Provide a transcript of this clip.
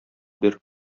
бир